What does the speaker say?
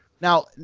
Now